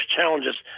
challenges